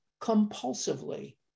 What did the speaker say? compulsively